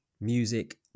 music